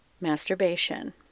masturbation